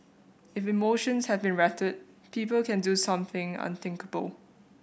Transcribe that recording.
if emotions have been rattled people can do something unthinkable